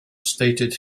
stated